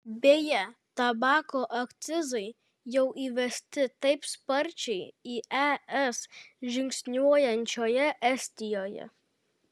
beje tabako akcizai jau įvesti taip sparčiai į es žingsniuojančioje estijoje